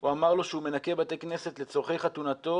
הוא ענה שהוא מנקה בתי כנסת לצורכי חתונתו.